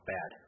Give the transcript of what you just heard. Bad